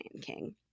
King